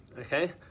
okay